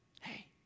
Hey